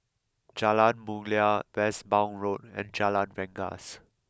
Jalan Mulia Westbourne Road and Jalan Rengas